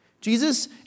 Jesus